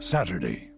Saturday